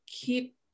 keep